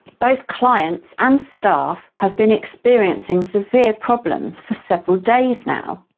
both clients and staff have been experiencing severe problems for several days now.